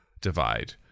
Divide